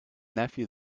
nephew